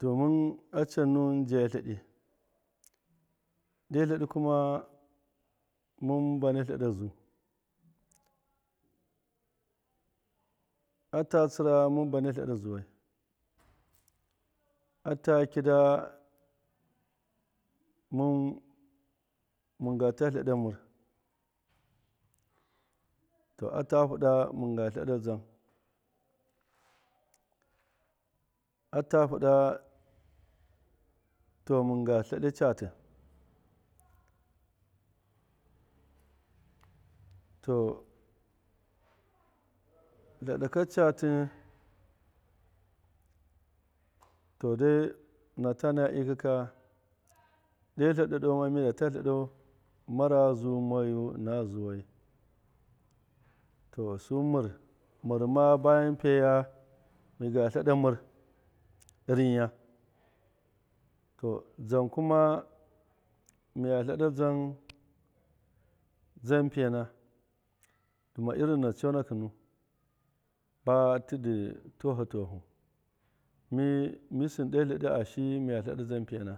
To mɨn a can nuwɨn ja tleɗi, ɗe tleɗi kuma mɨn bana tleɗa zuu, ata tsira mɨn bana tlɛda zuwai. ata kida mɨn- mɨngata tleɗa mɨrr. to ata fɨɗa mɨngata tleɗa dzam. ata fɨɗa to mɨnga tleɗa catɨ to tleɗaka catɨ to dai mɨnata naya ikaka ɗe tleɗaɗau ma mida ta tleɗau mara zuu moyu ɨna zuwai to su mɨrr ma bayan pyoya miga tleɗa mɨrr rɨnya. to dzam kuma miya tleɗa dzam pyona dɨ irin na conakɨnu ba tɨdɨ tuwaha tuwahɨ mi misin ɗe tleɗi ashiyi miya tleɗa dzam pyona.